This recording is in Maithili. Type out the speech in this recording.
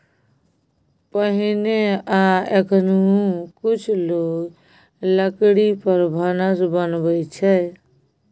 पहिने आ एखनहुँ कुछ लोक लकड़ी पर भानस बनबै छै